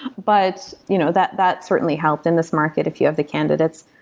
but you know that that certainly helped in this market if you have the candidates,